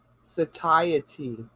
satiety